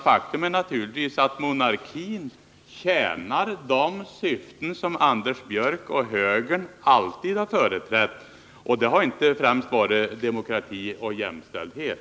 Faktum är naturligtvis att monarkin tjänar de syften som Anders Björck och högern alltid har företrätt, och det har inte främst varit demokrati och jämställdhet.